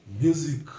Music